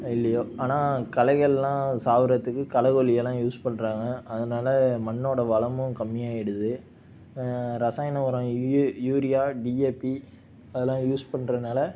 இல்லையோ ஆனால் களைகள்லாம் சாகுறத்துக்கு களை கொல்லியெல்லாம் யூஸ் பண்ணுறாங்க அதனால் மண்ணோடய வளமும் கம்மியாகிடுது ரசாயன ஒரம் இயி யூரியா டிஏபி அதெலாம் யூஸ் பண்ணுறனால